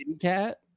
cat